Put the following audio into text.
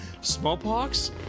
Smallpox